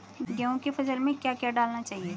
गेहूँ की फसल में क्या क्या डालना चाहिए?